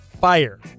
fire